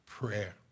Prayer